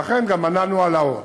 ולכן גם מנענו העלאות.